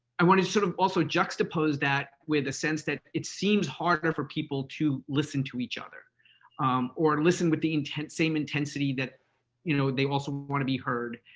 i wanted to sort of also juxtapose that with a sense that it seems harder for people to listen to each other or listen with the intensity um intensity that you know they also want to be heard.